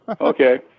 Okay